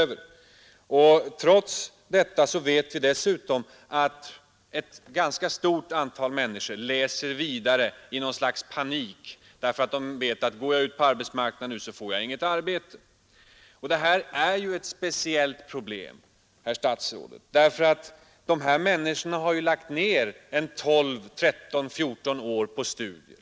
Vi känner dessutom till att ett ganska stort antal människor läser vidare i något slags panik därför att de vet att om de går ut på arbetsmarknaden nu får de inget arbete. Detta är ett speciellt problem, herr statsråd, därför att dessa människor har ju lagt ned 12, 13 eller 14 år på studier.